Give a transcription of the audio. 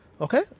okay